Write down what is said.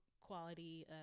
quality